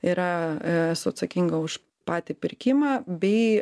yra esu atsakinga už patį pirkimą bei